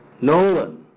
Nolan